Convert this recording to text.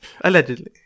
Allegedly